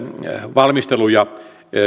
valmisteluja